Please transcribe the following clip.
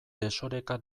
desoreka